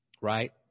right